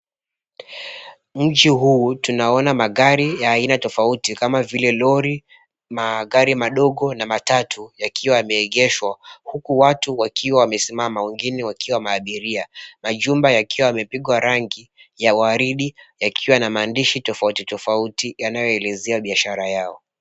Mji huu tunaona magari ya aina tofauti kama vile lori, magari madogo na matatu yakiwa yameengeshwa huku watu wakiwa wamesimama wengine wakiwa abiria, majumba yakiwa yamepigwa rangi ya waridi yakiwa na maandishi tofauti tofauti yanayoelezea biashara yao.